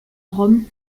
rome